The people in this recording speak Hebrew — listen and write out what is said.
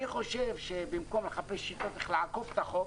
אני חושב שבמקום לחפש שיטות איך לעקוף את החוק,